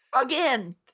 Again